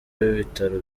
w’ibitaro